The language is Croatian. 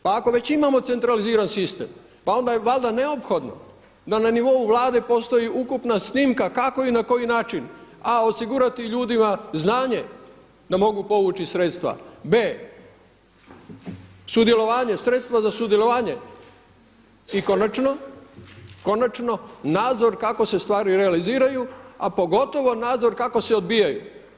Pa ako već imamo centraliziran sistem pa onda je valjda neophodno da na nivou Vlade postoji ukupna snimka kako i na koji način A)osigurati ljudima znanje da mogu povući sredstva, B) sudjelovanje, sredstva za sudjelovanje i konačno nadzor kako se stvari realiziraju, a pogotovo nadzor kako se odbijaju.